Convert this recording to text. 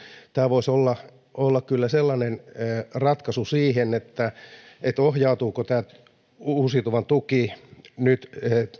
tämä voisi olla olla kyllä ratkaisu siihen ohjautuuko tämä uusiutuvan tuki nyt